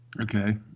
Okay